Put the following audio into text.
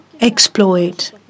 exploit